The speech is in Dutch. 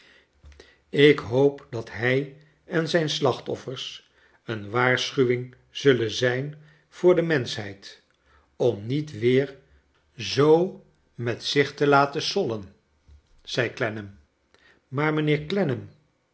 ik hoop dat hij en zijn slachtofl'ers een waarschuwing zullen zijn voor de menschheid om niet weer zoo met zich te laten sollen zei clennam maar mijnheer